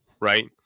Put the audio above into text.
right